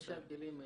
יש להם כלים.